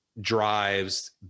drives